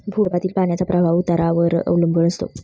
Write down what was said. भूगर्भातील पाण्याचा प्रवाह उतारावर अवलंबून असतो